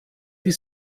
die